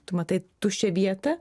tu matai tuščią vietą